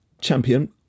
champion